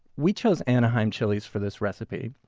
we chose anaheim chiles for this recipe.